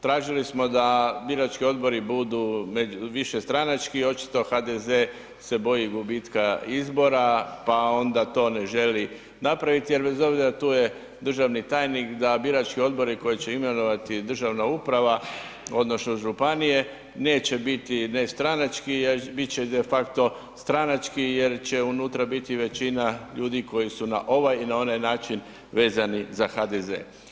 Tražili smo da birački odbori budu višestranački očito HDZ se boji gubitka izbora pa onda to ne želi napraviti jer bez obzira tu je državni tajnik, da birački odbori koje će imenovati državna uprava odnosno županije neće biti ne stranački jer bit će de facto stranački jer će unutra biti većina ljudi koji su na ovaj i na onaj način vezani za HDZ.